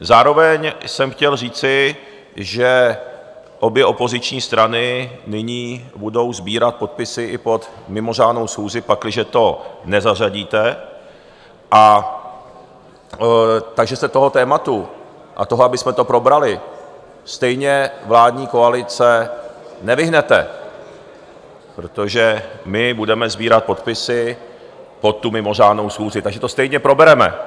Zároveň jsem chtěl říci, že obě opoziční strany nyní budou sbírat podpisy i pod mimořádnou schůzi, pakliže to nezařadíte, takže se tomu tématu a tomu, abychom to probrali, stejně, vládní koalice, nevyhnete, protože my budeme sbírat podpisy pod mimořádnou schůzi, takže to stejně probereme.